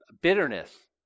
Bitterness